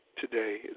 today